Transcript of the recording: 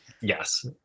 Yes